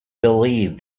believed